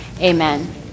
amen